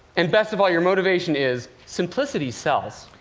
and best of all, your motivation is simplicity sells.